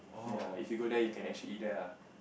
ya if you go there you can actually eat there lah